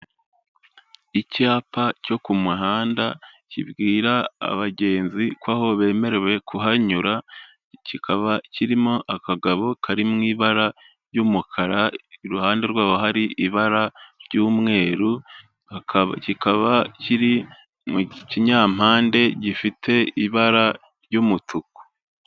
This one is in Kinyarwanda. Icyapa cyo ku muhanda kibwira abagenzi ko aho bemerewe kuhanyura, kikaba kirimo akagabo kari mu ibara ry'umukara, iruhande rwaho hari ibara ry'umweru, kikaba kiri mu kinyampande gifite ibara ry'umutuku.